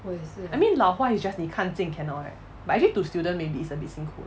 I mean 老花 is just 你看近 cannot right but actually to student maybe it's a bit 幸苦